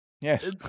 Yes